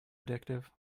addictive